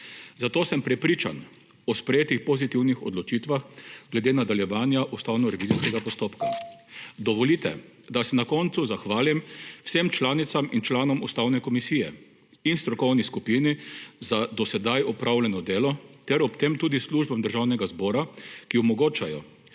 Zato sem prepričan o sprejetih pozitivnih odločitvah glede nadaljevanja ustavnorevizijskega postopka. Dovolite, da se na koncu zahvalim vsem članicam in članom Ustavne komisije in strokovni skupini za do sedaj opravljeno delo ter ob tem tudi službam Državnega zbora, ki omogočajo,